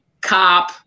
cop